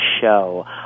show